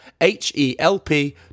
H-E-L-P